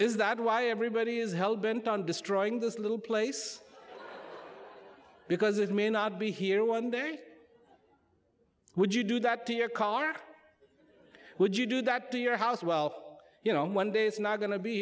is that why everybody is hell bent on destroying this little place because it may not be here one day would you do that to your car would you do that to your house well you know one day is not going to be